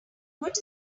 what